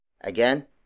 Again